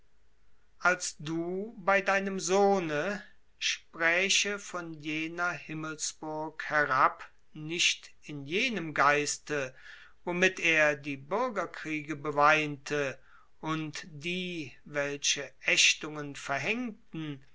als du bei deinem sohne spräche von jener himmelsburg herab nicht in jenem geiste womit er die bürgerkriege beweinte und die welche aechtungen verhängten